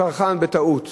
צרכן בטעות